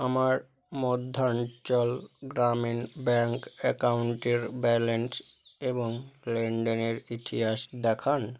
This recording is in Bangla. আমার মধ্যাঞ্চল গ্রামীণ ব্যাংক অ্যাকাউন্টের ব্যালেন্স এবং লেনদেনের ইতিহাস দেখান